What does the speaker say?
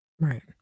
Right